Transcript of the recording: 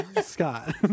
Scott